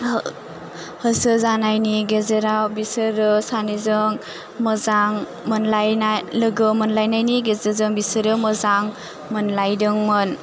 होह होसोजानायनि गेजेराव बिसोरो सानैजों मोजां मोनलायना लोगो मोनलायनायनि गेजेरजों बिसोरो मोजां मोनलायदोंमोन